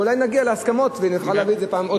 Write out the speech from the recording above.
ואולי נגיע להסכמות ונוכל להביא את זה עוד הפעם למליאה.